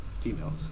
females